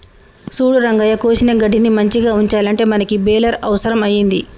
సూడు రంగయ్య కోసిన గడ్డిని మంచిగ ఉంచాలంటే మనకి బెలర్ అవుసరం అయింది